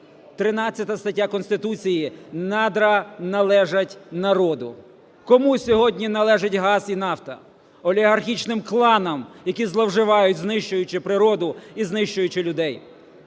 13 стаття Конституції: надра належать народу. Кому сьогодні належать газ і нафта? Олігархічним кланам, які зловживають, знищуючи природу і знищуючи людей.